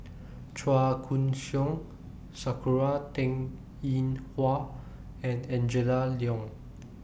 Chua Koon Siong Sakura Teng Ying Hua and Angela Liong